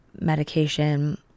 medication